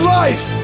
life